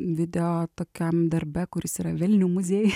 video tokiam darbe kuris yra velnių muziejuj